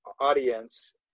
Audience